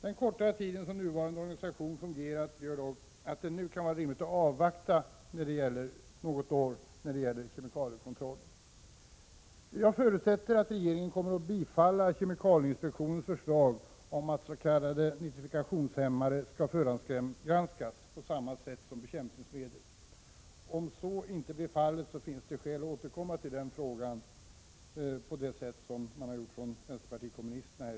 Den korta tid som nuvarande organisation fungerat gör dock att det kan vara rimligt att avvakta något år för att se hur kemikaliekontrollen fungerar. Jag förutsätter att regeringen bifaller kemikalieinspektionens förslag om att s.k. nitrifikationshämmare förhandsprövas på samma sätt som bekämpningsmedel. Om så inte blir fallet finns det skäl att återkomma till den frågan på samma sätt som vpk har gjort i dag.